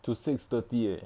to six thirty eh